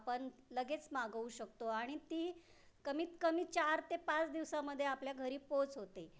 आपण लगेच मागवू शकतो आणि ती कमीत कमी चार ते पाच दिवसांमध्ये आपल्या घरी पोहोच होते